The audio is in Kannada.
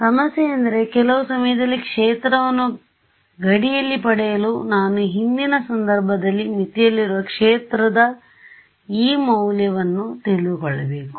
ಸಮಸ್ಯೆಯೆಂದರೆ ಕೆಲವು ಸಮಯದಲ್ಲಿ ಕ್ಷೇತ್ರವನ್ನು ಗಡಿಯಲ್ಲಿ ಪಡೆಯಲು ನಾನು ಹಿಂದಿನ ಸಂದರ್ಭದಲ್ಲಿ ಮಿತಿಯಲ್ಲಿರುವ ಕ್ಷೇತ್ರದ ಮೌಲ್ಯವನ್ನು ತಿಳಿದುಕೊಳ್ಳಬೇಕು